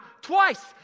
twice